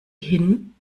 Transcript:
hin